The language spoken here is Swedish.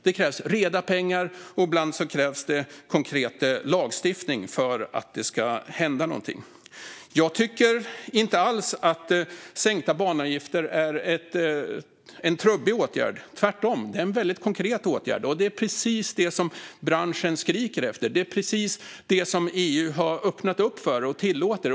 Det krävs reda pengar, och ibland krävs det konkret lagstiftning för att det ska hända någonting. Jag tycker inte alls att sänkta banavgifter är en trubbig åtgärd. Tvärtom är det en väldigt konkret åtgärd. Det är precis det som branschen skriker efter. Det är precis det som EU har öppnat upp för och tillåter.